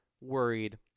worried